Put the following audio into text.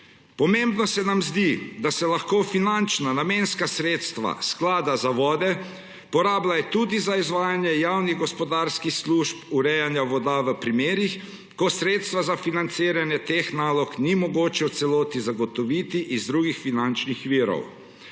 Pomembno se nam zdi, da se lahko finančna namenska sredstva Sklada za vode uporabljajo tudi za izvajanje javnih gospodarskih služb urejanja voda v primerih, ko sredstev za financiranje teh nalog ni mogoče v celoti zagotoviti iz drugih finančnih virov.